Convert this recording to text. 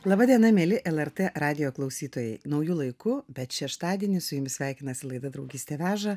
laba diena mieli lrt radijo klausytojai nauju laiku bet šeštadienį su jumis sveikinasi laida draugystė veža